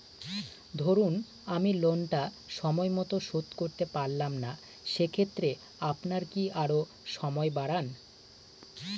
ধরুন আমি লোনটা সময় মত শোধ করতে পারলাম না সেক্ষেত্রে আপনার কি আরো সময় বাড়ান?